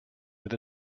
with